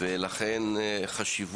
לכן חשוב